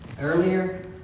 earlier